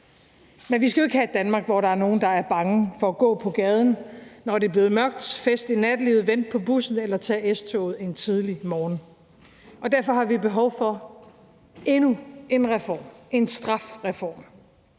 Vi skal jo ikke have et Danmark, hvor der er nogen, der er bange for at gå på gaden, når det er blevet mørkt efter fest i nattelivet, vente på bussen eller tage S-toget en tidlig morgen. Derfor har vi behov for endnu en reform, en strafreform.